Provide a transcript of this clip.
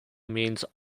means